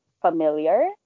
familiar